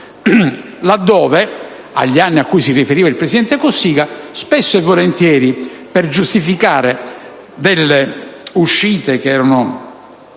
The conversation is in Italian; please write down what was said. questa, negli anni cui si riferiva il presidente Cossiga, spesso e volentieri, per giustificare delle uscite che erano